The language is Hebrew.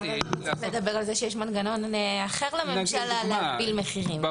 יש מנגנון אחר לממשלה להגביל מחירים,